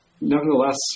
nevertheless